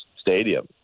stadium